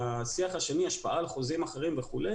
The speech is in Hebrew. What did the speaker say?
השני, השפעה על חוזים אחרים וכו',